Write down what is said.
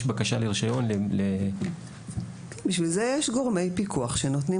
בקשה לרישיון" --- בשביל זה יש גורמי פיקוח שנותנים